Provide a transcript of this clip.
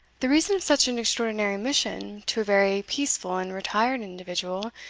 the reason of such an extraordinary mission to a very peaceful and retired individual,